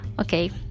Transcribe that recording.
Okay